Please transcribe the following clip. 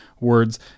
words